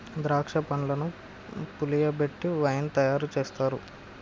ద్రాక్ష పండ్లను పులియబెట్టి వైన్ తయారు చేస్తారు